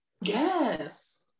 yes